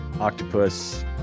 octopus